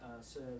says